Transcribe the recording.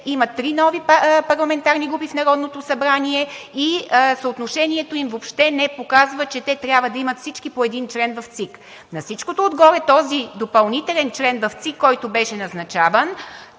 има три нови парламентарни групи в Народното събрание и съотношението им въобще не показва, че те трябва да имат всички по един член в ЦИК. На всичкото отгоре, този допълнителен член в ЦИК, който беше назначаван,